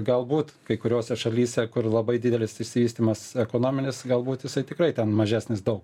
galbūt kai kuriose šalyse kur labai didelis išsivystymas ekonominis galbūt jisai tikrai ten mažesnis daug